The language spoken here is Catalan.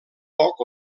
poc